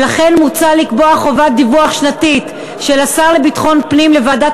ולכן מוצע לקבוע חובת דיווח שנתית של השר לביטחון פנים לוועדת